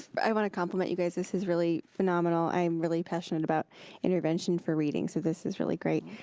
but i want to compliment you guys, this is really phenomenal, i am really passionate about intervention for reading, so this is really great.